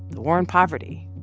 the war on poverty.